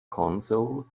console